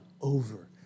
over